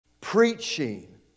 preaching